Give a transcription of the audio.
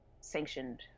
sanctioned